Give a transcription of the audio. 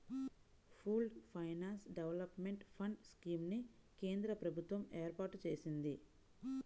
pooled finance development fund scheme ని కేంద్ర ప్రభుత్వం ఏర్పాటు చేసింది